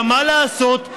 דבר על מנדלבליט,